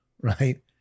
Right